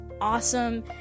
awesome